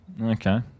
Okay